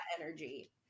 energy